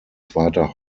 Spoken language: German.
zweiter